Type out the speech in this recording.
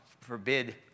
forbid